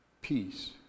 peace